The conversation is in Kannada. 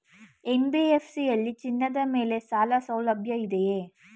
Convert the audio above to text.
ಎನ್.ಬಿ.ಎಫ್.ಸಿ ಯಲ್ಲಿ ಚಿನ್ನದ ಮೇಲೆ ಸಾಲಸೌಲಭ್ಯ ಇದೆಯಾ?